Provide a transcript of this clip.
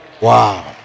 Wow